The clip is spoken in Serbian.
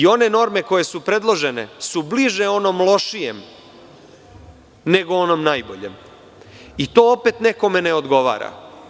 One norme koje su predložene su bliže onom lošijem, nego onom najboljem, i to opet nekome ne odgovara.